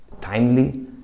timely